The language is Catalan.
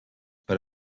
per